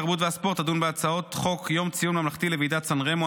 התרבות והספורט תדון בהצעות חוק יום ציון ממלכתי לוועידת סן רמו,